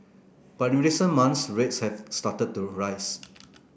but in recent months rates have started to rise